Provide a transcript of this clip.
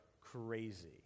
crazy